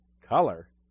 Color